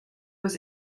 was